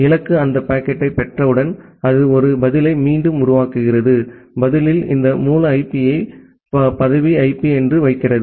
இலக்கு அந்த பாக்கெட்டைப் பெற்றவுடன் அது ஒரு பதிலை மீண்டும் உருவாக்குகிறது பதிலில் இந்த மூல ஐபியை பதவி ஐபி என்று வைக்கிறது